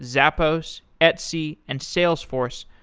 zappos, etsy, and salesforce,